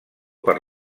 per